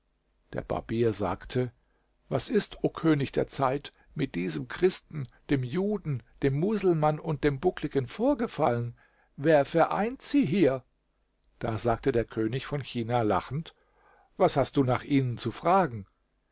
der barbier sagte was ist o könig der zeit mit diesem christen dem juden dem muselmann und dem buckligen vorgefallen wer vereint sie hier da sagte der könig von china lachend was hast du nach ihnen zu fragen